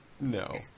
no